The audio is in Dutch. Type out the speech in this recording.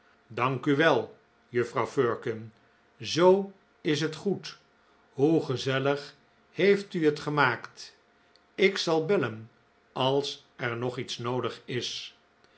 dank u wel juffrouw firkin zoo is het goed hoe gezellig heeft u het gemaakt ik zal bellen als er nog iets noodig is